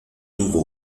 tuvo